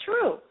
true